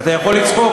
אתה יכול לצחוק,